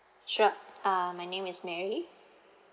sure uh my name is mary